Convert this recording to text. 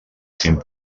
cinc